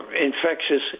infectious